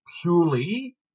purely